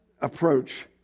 approach